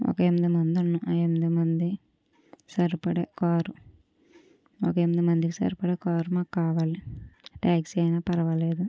ఒక ఎనిమిది మంది ఉన్నాము ఆ ఎనిమిది మంది సరిపడా కారు ఒక ఎనిమిది మందికి సరిపడ కారు మాకు కావాలి టాక్సీ అయినా పర్వాలేదు